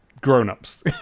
grown-ups